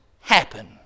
happen